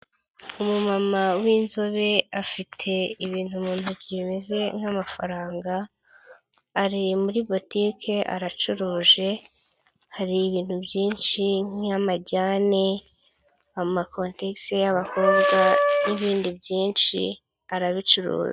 Umumama w'inzobe afite ibintu mu ntoki bimeze nk'amafaranga, ari muri botike aracuruje ,hari ibintu byinshi nk'amajyane, amakotegisi y'abakobwa n'ibindi byinshi arabicuruza.